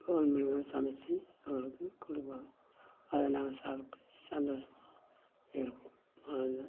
phone மூலிமா சமைத்து எங்களுக்கு கொடுப்பாங்க அதை நாங்கள் சாப்பிட்டு சந்தோஷமா இருப்போம் அவ்வளோதான்